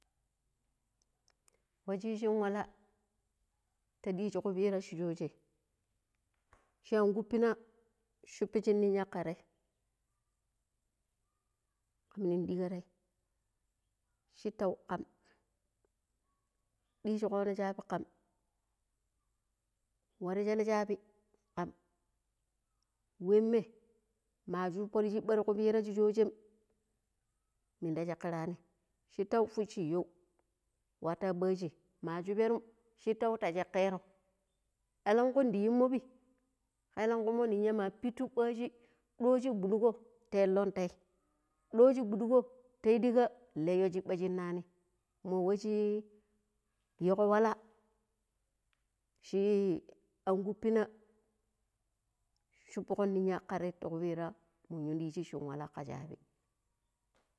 ﻿We shi, shin wala ta diiji kupira shi sooje shan kuppina shupishi ninya ka tee kamnin diiga tei shettau kam diiji koono shabi kam waro shele shabi kam. Wemma ma shupo ti shiɓɓa ti ku pira si soojem mida sheekerani shittau fusshi yow watu ya baaji ma superum shittau ta shekkero elenku ndi yiimo pi kelenku mo ninya ma pittu baaji dooji gbodugo ta ilon tei dooji gboduko ta yu diiga nleyo shiɓɓa shina ni mo we shi igo wale shi ankupina suppokon ninya ka rei ta ku pira mu yu diiji shin wala ke shabi.